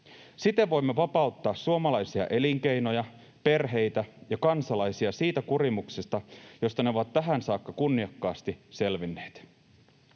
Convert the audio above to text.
Siten voimme vapauttaa suomalaisia elinkeinoja, perheitä ja kansalaisia siitä kurimuksesta, josta ne ovat tähän saakka kunniakkaasti selvinneet.